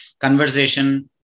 conversation